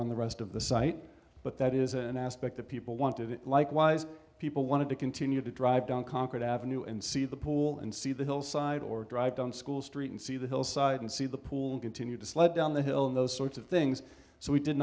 on the rest of the site but that is an aspect that people wanted it likewise people wanted to continue to drive down concord avenue and see the pool and see the hillside or drive down school street and see the hillside and see the pool and continue to sled down the hill and those sorts of things so we did